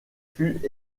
fut